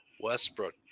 Westbrook